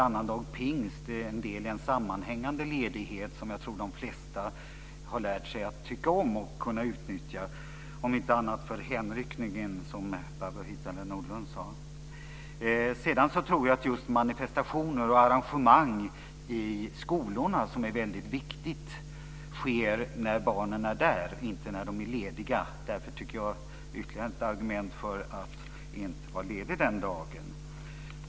Annandag pingst är en del i en sammanhängande ledighet som jag tror att de flesta har lärt sig att tycka om och kunna utnyttja om inte annat för hänryckningen, som Barbro Hietala Nordlund sade. Sedan tror jag att just manifestationer och arrangemang i skolorna, som är väldigt viktigt, sker när barnen är där och inte när de är lediga. Det tycker jag är ytterligare ett argument för att inte vara ledig den dagen.